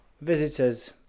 visitors